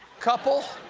couple.